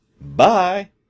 Bye